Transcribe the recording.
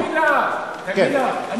מילה, מילה, מילה.